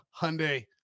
Hyundai